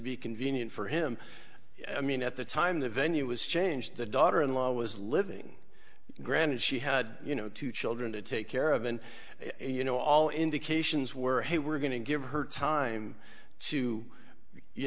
be convenient for him i mean at the time the venue was changed the daughter in law was living granted she had you know two children to take care of and you know all indications were he were going to give her time to you